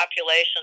population